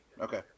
Okay